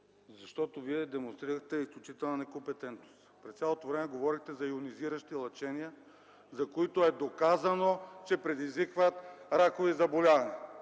Вие демонстрирахте изключителна некомпетентност. През цялото време говорите за йонизиращи лъчения, за които е доказано, че предизвикват ракови заболявания!